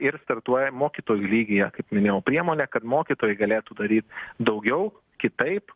ir startuoja mokytojų lygyje kaip minėjau priemonė kad mokytojai galėtų daryt daugiau kitaip